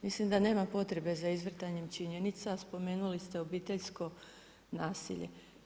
Mislim da nema potrebe za izvrtanjem činjenica, a spomenuli ste obiteljsko nasilje.